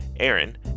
Aaron